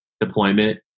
deployment